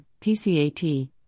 PCAT